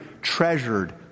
treasured